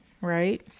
Right